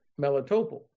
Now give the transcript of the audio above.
Melitopol